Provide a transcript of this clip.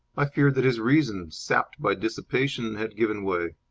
i feared that his reason, sapped by dissipation, had given way.